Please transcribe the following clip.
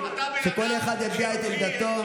שכל אחד יביע את עמדתו.